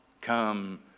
come